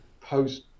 post